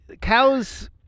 cows